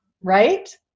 right